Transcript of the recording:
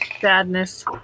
Sadness